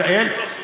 ישראל,